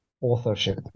authorship